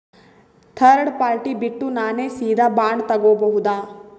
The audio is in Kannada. ಥರ್ಡ್ ಪಾರ್ಟಿ ಬಿಟ್ಟು ನಾನೇ ಸೀದಾ ಬಾಂಡ್ ತೋಗೊಭೌದಾ?